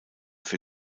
für